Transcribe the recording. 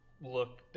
look